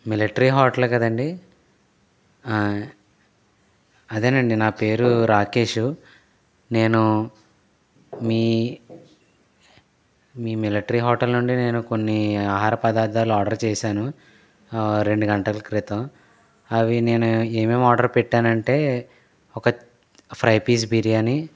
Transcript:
military hotel కదండీ అదేనండి నా పేరు రాకేష్ నేను మీ మీ మిలట్రీ హోటల్ నుండి నేను కొన్ని ఆహార పదార్థాలు ఆర్డర్ చేశాను రెండు గంటల క్రితం అవి నేను ఏమేమి ఆర్డర్ పెట్టాను అంటే ఒక ఫ్రై పీస్ బిర్యాని